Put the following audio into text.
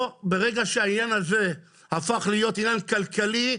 ברגע שהעניין הזה הפך להיות עניין כלכלי,